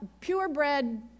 purebred